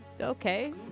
okay